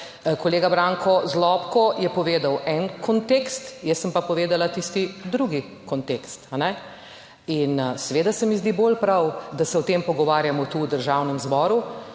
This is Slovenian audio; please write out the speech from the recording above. kolega Branko Zlobko je povedal en kontekst, jaz sem pa povedala tisti drugi kontekst. In seveda se mi zdi bolj prav, da se o tem pogovarjamo tu v Državnem zboru,